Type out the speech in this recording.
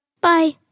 Bye